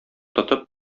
тотып